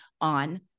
on